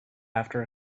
after